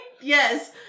Yes